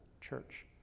church